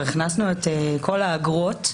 הכנסנו את כל האגרות,